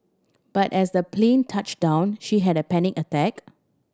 but as the plane touched down she had a panic attack